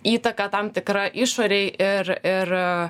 įtaka tam tikra išorėj ir ir